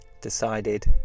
decided